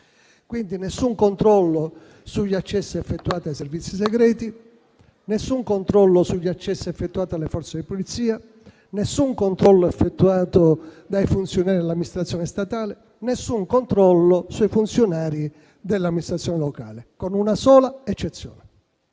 nessun controllo, quindi, sugli accessi effettuati dai servizi segreti, nessun controllo sugli accessi effettuati dalle forze di polizia o dai funzionari dell'amministrazione statale, nessun controllo sui funzionari delle amministrazioni locali. Vi è una sola eccezione: